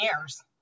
years